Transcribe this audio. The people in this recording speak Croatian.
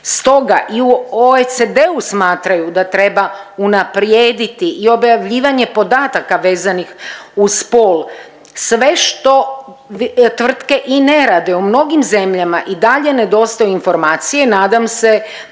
Stoga i u OECD-u smatraju da treba unaprijediti i objavljivanje podataka vezanih uz spol, sve što tvrtke i ne rade u mnogim zemljama i dalje nedostaju informacije. Nadam se